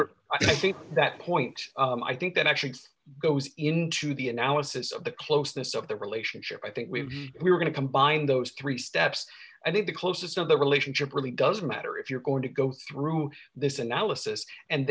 honor i think that point i think that actually goes into the analysis of the closeness of the relationship i think we have we're going to combine those three steps and if the closest of the relationship really does matter if you're going to go through this analysis and